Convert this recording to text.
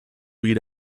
lead